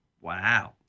Wow